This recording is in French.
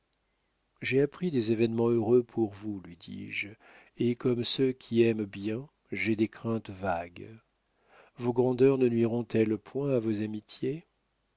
j'ai appris des événements heureux pour vous lui dis-je et comme ceux qui aiment bien j'ai des craintes vagues vos grandeurs ne nuiront elles point à vos amitiés